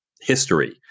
history